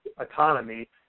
economy